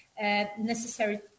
necessary